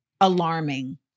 alarming